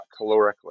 calorically